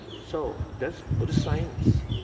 so, that's buddhist science.